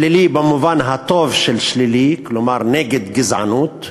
שלילי, במובן הטוב של שלילי, כלומר נגד גזענות,